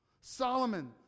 Solomon